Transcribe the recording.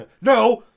No